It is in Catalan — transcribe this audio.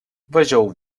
vegeu